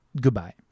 Goodbye